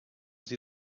sie